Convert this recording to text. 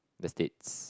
the states